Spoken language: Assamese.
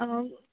অঁ